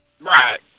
Right